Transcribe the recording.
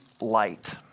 light